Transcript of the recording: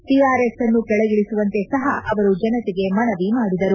ಟಿಆರ್ಎಸ್ನ್ನು ಕೆಳಗಿಳಿಸುವಂತೆ ಸಹ ಅವರು ಜನತೆಗೆ ಮನವಿ ಮಾಡಿದರು